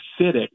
acidic